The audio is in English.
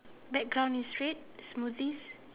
background is red smooth East